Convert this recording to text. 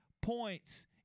points